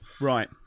right